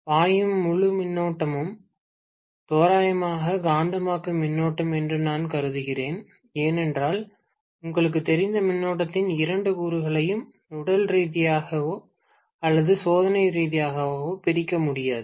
பாயும் முழு மின்னோட்டமும் தோராயமாக காந்தமாக்கும் மின்னோட்டம் என்று நான் கருதுகிறேன் ஏனென்றால் உங்களுக்குத் தெரிந்த மின்னோட்டத்தின் இரண்டு கூறுகளையும் உடல் ரீதியாகவோ அல்லது சோதனை ரீதியாகவோ பிரிக்க முடியாது